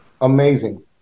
amazing